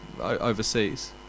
overseas